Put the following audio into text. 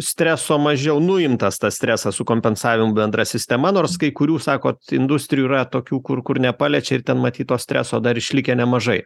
streso mažiau nuimtas tas stresas su kompensavimu bendra sistema nors kai kurių sakot industrijų yra tokių kur kur nepaliečia ir ten matyt to streso dar išlikę nemažai